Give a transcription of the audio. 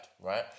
right